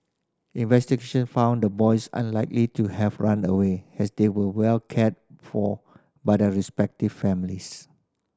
investigation found the boys unlikely to have run away as they were well cared for by their respective families